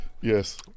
Yes